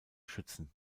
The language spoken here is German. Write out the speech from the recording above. schützen